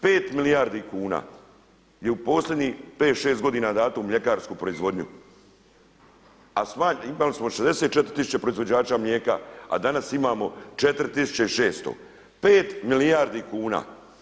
Pet milijardi kuna je u posljednjih 5, 6 godina dato u mljekarsku proizvodnju, a imali smo 64 tisuće proizvođača mlijeka, a danas imamo 4.600, 5 milijardi kuna.